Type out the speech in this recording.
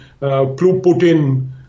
Putin